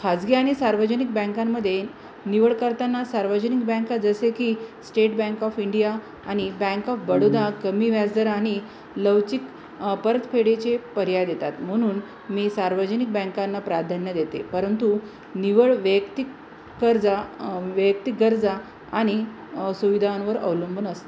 खाजगी आणि सार्वजनिक बँकांमध्ये निवड करताना सार्वजनिक बँका जसे की स्टेट बँक ऑफ इंडिया आणि बँक ऑफ बडोदा कमी व्याज दर आणि लवचिक परतफेडेचे पर्याय देतात म्हणून मी सार्वजनिक बँकांना प्राधान्य देते परंतु निव्वळ वैयक्तिक कर्जा वैयक्तिक गरजा आणि सुविधांवर अवलंबून असते